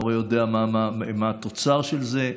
המורה יודע מה התוצר של זה.